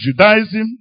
Judaism